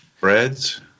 Breads